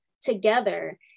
together